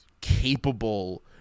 capable